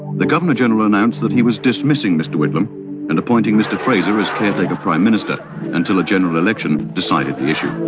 the governor general announced that he was dismissing mr whitlam and appointing mr fraser as caretaker prime minister until a general election decided the issue.